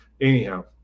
Anyhow